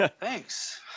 Thanks